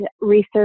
research